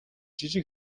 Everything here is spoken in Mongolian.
жижиг